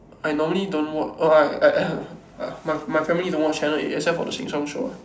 I normally don't wa~ I I my my family don't watch channel eight except for the Sheng-Siong show ah